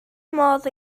modd